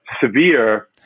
severe